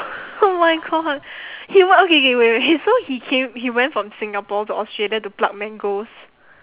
oh my god he what okay K wait wait so he came he went from singapore to australia to pluck mangoes